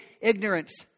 ignorance